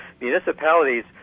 Municipalities